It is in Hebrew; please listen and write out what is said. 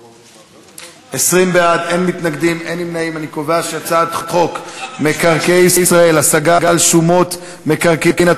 להעביר את הצעת חוק מקרקעי ישראל (השגה על שומות מקרקעין),